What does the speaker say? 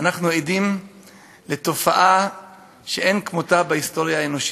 אנחנו עדים לתופעה שאין כמותה בהיסטוריה האנושית: